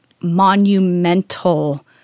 monumental